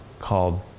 called